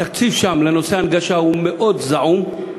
התקציב שם לנושא ההנגשה בתחום מקוואות מאוד זעום,